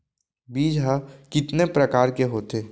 बीज ह कितने प्रकार के होथे?